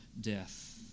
death